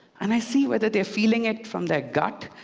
and i see whether they're feeling it from their gut.